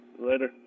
Later